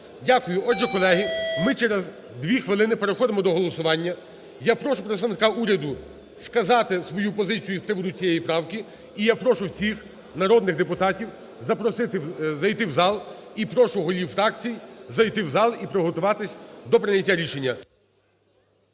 Дякую. Отже, колеги, ми через 2 хвилини переходимо до голосування. Я прошу представника уряду сказати свою позицію з приводу цієї правки. І я прошу всіх народних депутатів запросити, зайти у зал. І прошу голів фракцій зайти у зал і приготуватись до прийняття рішення.